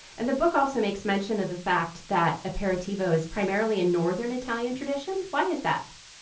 and the book also makes mention of the fact that aperitivo is primarily a northern italian tradition. why is that?